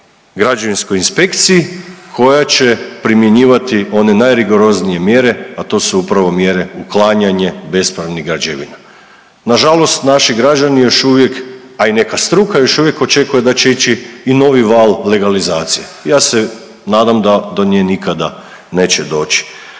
građevinskoj inspekciji koja će primjenjivati one najrigoroznije mjere a to su upravo mjere uklanjanje bespravnih građevina. Nažalost naši građani još uvijek, a i neka struka još uvijek očekuje da će ići i novi val legalizacije. Ja se nadam da do nje nikada neće doći.